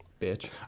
Bitch